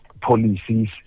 policies